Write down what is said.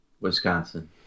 Wisconsin